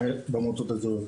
במועצות האזוריות.